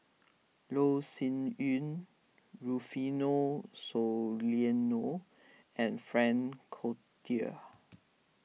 Loh Sin Yun Rufino Soliano and Frank Cloutier